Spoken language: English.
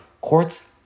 Courts